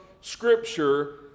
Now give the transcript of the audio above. Scripture